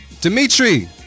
Dimitri